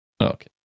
Okay